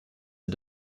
are